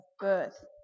birth